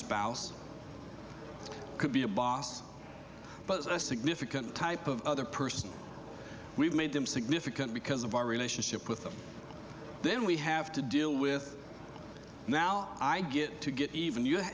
spouse could be a boss but it's a significant type of other person we've made them significant because of our relationship with them then we have to deal with now i get to get even you